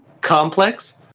Complex